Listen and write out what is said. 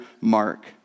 Mark